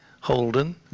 Holden